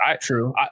True